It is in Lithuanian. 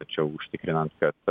tačiau užtikrinant kad